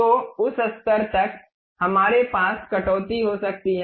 तो उस स्तर तक हमारे पास कटौती हो सकती है